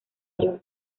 york